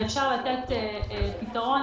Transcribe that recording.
ואפשר לתת לזה פתרון.